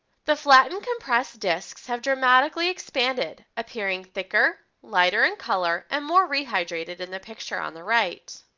the flattened compressed disks have dramatically expanded, appearing thicker, lighter in color, and more rehydrated in the picture on the right.